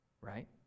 right